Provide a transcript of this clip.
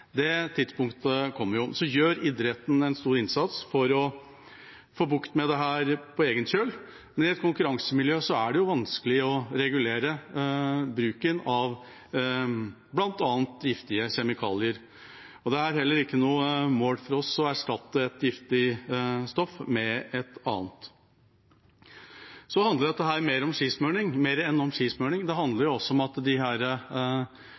Det tidspunktet kommer jo. Så gjøres det i idretten en stor innsats for å få bukt med dette på egen kjøl, men i et konkurransemiljø er det vanskelig å regulere bruken av bl.a. giftige kjemikalier. Det er heller ikke noe mål for oss å erstatte et giftig stoff med et annet. Dette handler om mer enn skismurning, det handler også om